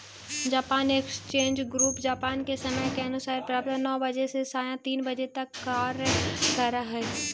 Japan exchange group Japan के समय के अनुसार प्रातः नौ बजे से सायं तीन बजे तक कार्य करऽ हइ